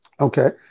Okay